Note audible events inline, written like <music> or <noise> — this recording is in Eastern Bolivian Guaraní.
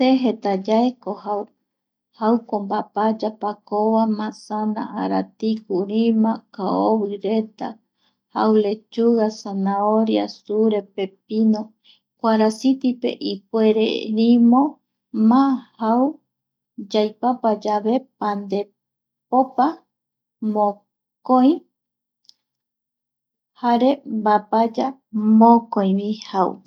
Se jeta yaeko jau, jauko mbapaya, pakova, masana, aratiku, rima, kaovi reta, jau lechuga, sanaoria, sure, pepino, kuarasitipe ipuere rimo má jau yaipapa yave pandepopa mokoi, jare mbapaya <noise> mokoivi jau